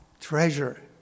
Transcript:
treasure